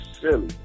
Silly